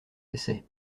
essais